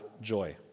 joy